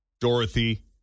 Dorothy